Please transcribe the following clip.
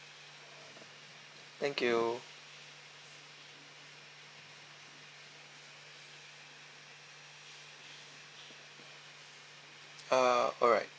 thank you uh alright